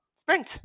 sprint